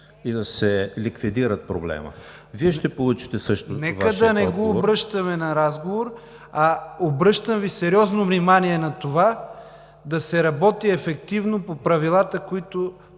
и да се ликвидира проблемът? Вие ще получите също Вашия отговор. СТЕФАН БУРДЖЕВ: Нека да не го обръщаме на разговор. Обръщам Ви сериозно внимание на това да се работи ефективно по правилата, които